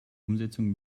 umsetzung